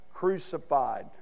crucified